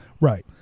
Right